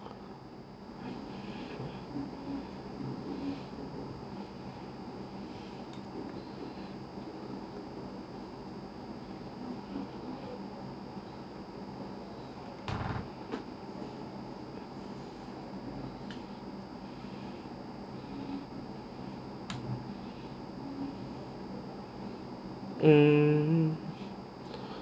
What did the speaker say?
mm